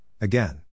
again